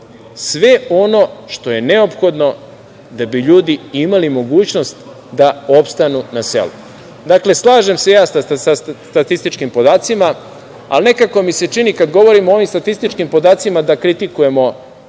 sve ono što je neophodno da bi ljudi imali mogućnost da opstanu na selu. Slažem se ja sa statističkim podacima, ali nekako mi se čini, kad govorimo o ovim statističkim podacima, da kritikujemo